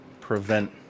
prevent